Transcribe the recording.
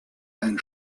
ein